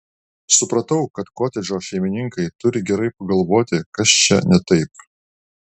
supratau kad kotedžo šeimininkai turi gerai pagalvoti kas čia ne taip